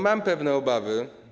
Mam pewne obawy.